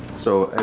so